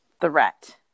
threat